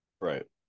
Right